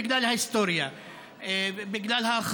בגלל ההיסטוריה,